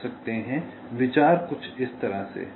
तो यह विचार है